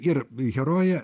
ir herojė